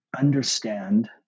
understand